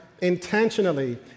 intentionally